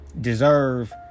deserve